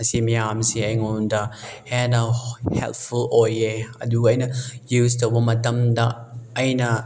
ꯑꯁꯤ ꯃꯌꯥꯝꯁꯦ ꯑꯩꯉꯣꯟꯗ ꯍꯦꯟꯅ ꯍꯦꯜꯞꯐꯨꯜ ꯑꯣꯏꯌꯦ ꯑꯗꯨꯒ ꯑꯩꯅ ꯌꯨꯁ ꯇꯧꯕ ꯃꯇꯝꯗ ꯑꯩꯅ